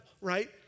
right